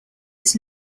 its